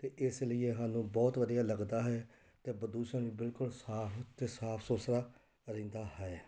ਅਤੇ ਇਸ ਲਈ ਇਹ ਸਾਨੂੰ ਬਹੁਤ ਵਧੀਆ ਲੱਗਦਾ ਹੈ ਅਤੇ ਪ੍ਰਦੂਸ਼ਣ ਵੀ ਬਿਲਕੁਲ ਸਾਫ਼ ਅਤੇ ਸਾਫ਼ ਸੁਥਰਾ ਰਹਿੰਦਾ ਹੈ